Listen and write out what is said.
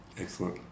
Excellent